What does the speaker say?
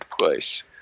place